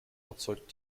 erzeugt